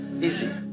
Easy